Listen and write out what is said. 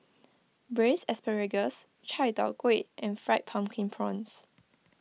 Braised Asparagus Chai Tow Kuay and Fried Pumpkin Prawns